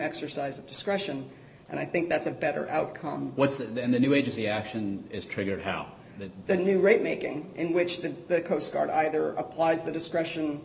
exercise of discretion and i think that's a better outcome what's that then the new agency action is triggered how the the new rate making in which the coast guard either applies the discretion